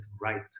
right